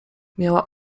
miała